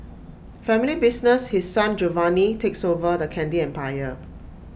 family business His Son Giovanni takes over the candy empire